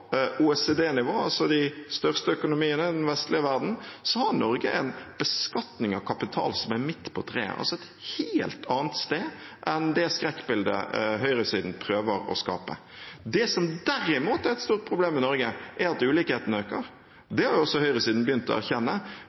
altså de største økonomiene i den vestlige verden, har Norge en beskatning av kapital som er midt på treet – altså et helt annet sted enn det skrekkbildet høyresiden prøver å skape. Det som derimot er et stort problem i Norge, er at ulikhetene øker. Det har også høyresiden begynt å erkjenne.